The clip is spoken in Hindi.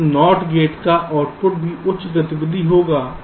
तो इस NOT गेट का आउटपुट भी उच्च गतिविधि होगा